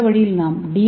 இந்த வழியில் நாம் டி